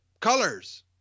colors